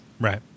Right